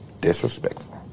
Disrespectful